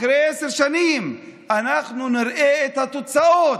אחרי עשר שנים, אנחנו נראה את התוצאות,